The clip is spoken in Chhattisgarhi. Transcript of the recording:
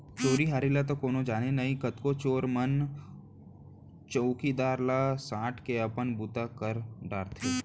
चोरी हारी ल तो कोनो जाने नई, कतको चोर मन चउकीदार ला सांट के अपन बूता कर डारथें